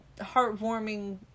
heartwarming